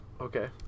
Okay